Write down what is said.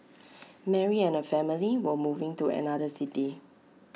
Mary and her family were moving to another city